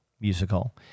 musical